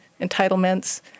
entitlements